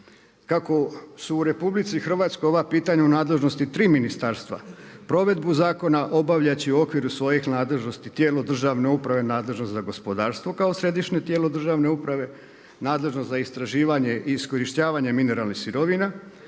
Kako se u RH ova pitanja u nadležnosti tri ministarstva, provedbu zakona obavljat će u okviru svojih nadležnosti tijelo državne uprave nadležno za gospodarstvo kao središnje tijelo državne uprave, nadležno za istraživanje i iskorištavanje mineralnih sirovina,